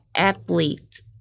Athlete